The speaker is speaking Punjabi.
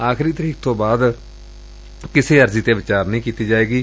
ਆਖਰੀ ਤਰੀਕ ਤੋਂ ਬਾਅਦ ਕਿਸੇ ਅਰਜ਼ੀ ਤੇਂ ਵਿਚਾਰ ਨਹੀਂ ਕੀਤੀ ਜਾਏਗੀ